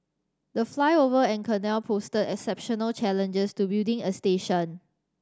the flyover and canal posed exceptional challenges to building a station